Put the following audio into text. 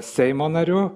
seimo nariu